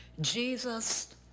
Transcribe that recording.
Jesus